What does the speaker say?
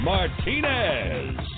Martinez